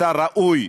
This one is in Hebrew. אתה ראוי.